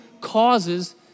causes